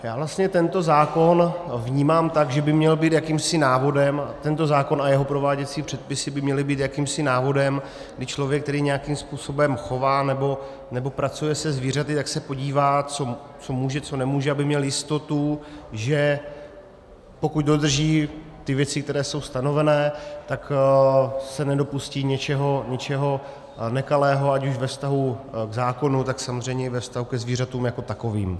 Já vlastně tento zákon vnímám tak, že by měl být jakýmsi návodem, tento zákon a jeho prováděcí předpisy by měly být jakýmsi návodem, kdy člověk, který nějakým způsobem chová, nebo pracuje se zvířaty, tak se podívá, co může, co nemůže, aby měl jistotu, že pokud dodrží ty věci, které jsou stanovené, tak se nedopustí něčeho nekalého ať už ve vztahu k zákonu, tak samozřejmě i ve vztahu ke zvířatům jako takovým.